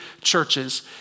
Churches